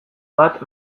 bat